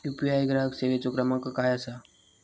UPI ग्राहक सेवेचो क्रमांक काय असा?